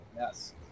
yes